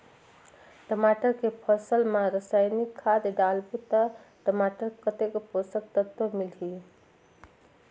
टमाटर के फसल मा रसायनिक खाद डालबो ता टमाटर कतेक पोषक तत्व मिलही?